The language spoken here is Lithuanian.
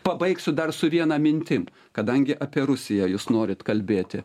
pabaigsiu dar su viena mintim kadangi apie rusiją jūs norit kalbėti